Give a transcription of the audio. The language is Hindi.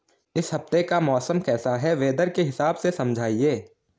इस हफ्ते का मौसम कैसा है वेदर के हिसाब से समझाइए?